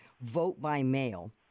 vote-by-mail